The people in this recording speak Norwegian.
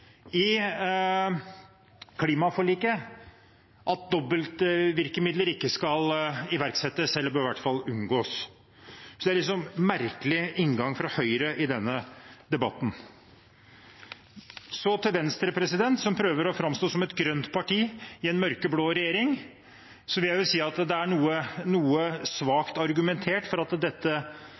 i klimaforliket at dobbeltvirkemidler ikke skal iverksettes, eller i hvert fall bør unngås. Det er en merkelig inngang fra Høyre i denne debatten. Til Venstre – som prøver å framstå som et grønt parti i en mørkeblå regjering – vil jeg si at det er noe svakt argumentert for at dette